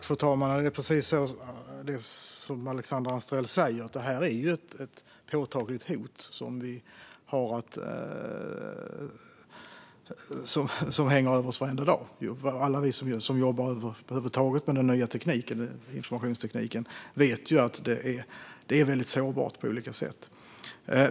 Fru talman! Det är precis som Alexandra Anstrell säger: Det är ett påtagligt hot som hänger över oss varenda dag. Alla vi som över huvud taget jobbar med den nya informationstekniken vet att det är väldigt sårbart på olika sett.